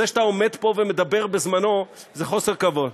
זה שאתה עומד פה ומדבר בזמנו זה חוסר כבוד,